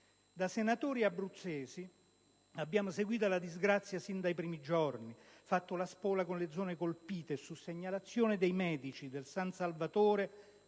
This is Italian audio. Da senatori abruzzesi abbiamo seguito la disgrazia sin dai primi giorni, fatto la spola con le zone colpite e, su segnalazione dei medici del San Salvatore,